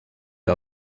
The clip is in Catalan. que